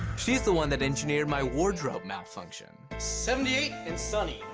she's the one that engineered my wardrobe malfunction. seventy eight and sunny.